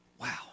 wow